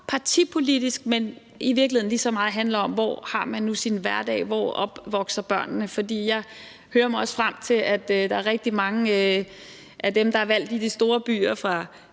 partipolitisk, men hvor det i virkeligheden lige så meget handler om, hvor man har sin hverdag, hvor børnene vokser op. For jeg hører mig også frem til, at der er rigtig mange af dem, der er valgt i de store byer, fra